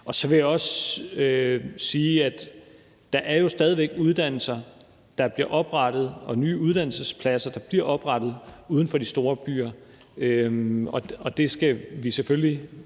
Så vil jeg også sige, at der jo stadig væk er uddannelser, der bliver oprettet, og nye uddannelsespladser, der bliver oprettet uden for de store byer. Det skal vi selvfølgelig